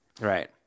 Right